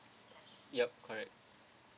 yup correct